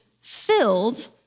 filled